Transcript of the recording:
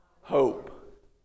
hope